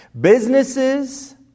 Businesses